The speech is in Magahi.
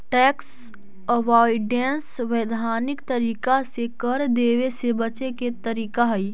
टैक्स अवॉइडेंस वैधानिक तरीका से कर देवे से बचे के तरीका हई